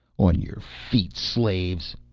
on your feet slaves!